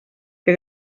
que